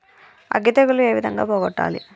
అగ్గి తెగులు ఏ విధంగా పోగొట్టాలి?